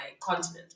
continent